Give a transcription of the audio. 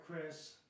Chris